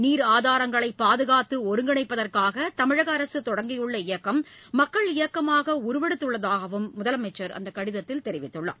நீர் ஆதாரங்களை பாதுகாத்து ஒருங்கிணைப்பதற்காக தமிழக அரசு தொடங்கியுள்ள இயக்கம் மக்கள் இயக்கமாக உடுவெடுத்துள்ளதாகவும் முதலமைச்சர் அந்தக் கடிதத்தில் தெரிவித்துள்ளார்